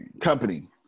company